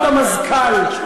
כבוד המזכ"ל.